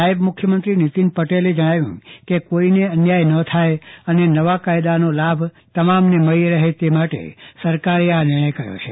નાયબ મુખ્યમંત્રી નીતિન પટેલે જણાવ્યું કે કોઈને અન્યાય ન થાય અને નવા કાયદાનો લાભ તમામને મળે તે માટે સરકારે આ નિર્ણય કર્યો છે